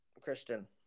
Christian